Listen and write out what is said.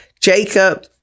Jacob